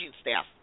staff